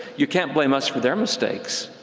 you can't blame us for their mistakes!